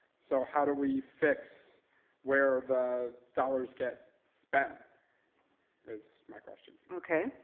so how do we fix where the dollars get spent is my question. okay,